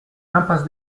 impasse